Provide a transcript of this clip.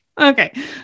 Okay